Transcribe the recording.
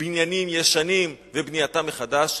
בניינים ישנים ובנייתם מחדש,